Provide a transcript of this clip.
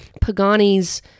Pagani's